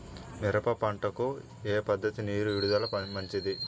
మిరప పంటకు ఏ పద్ధతిలో నీరు విడుదల మంచిది?